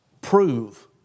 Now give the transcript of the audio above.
prove